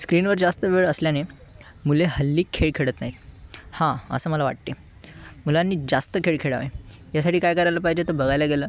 स्क्रीनवर जास्त वेळ असल्याने मुले हल्ली खेळ खेळत नाही हां असं मला वाटते मुलांनी जास्त खेळ खेळावे यासाठी काय करायला पाहिजे तर बघायला गेलं